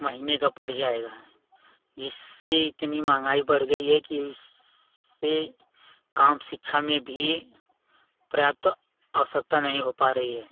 महीने का पड़ जाएगा जिससे इतनी महँगाई बढ़ गई है कि उस से काम शिक्षा में भी पर्याप्त आवश्यकता नहीं हो पा रही है